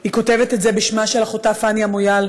היא כותבת את זה בשמה של אחותה פאני אמויאל,